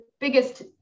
biggest